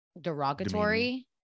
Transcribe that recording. derogatory